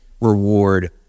reward